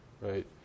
right